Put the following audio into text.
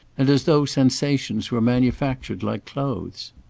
and as though sensations were manufactured like clothes.